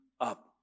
up